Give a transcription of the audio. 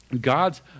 God's